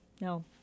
no